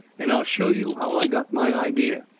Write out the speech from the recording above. and i'll show you how i got my idea.